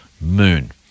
moon